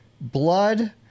blood